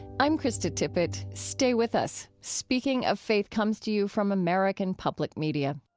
i'm krista tippett. stay with us. speaking of faith comes to you from american public media